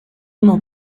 não